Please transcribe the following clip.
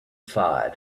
fire